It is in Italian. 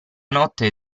notte